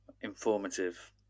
informative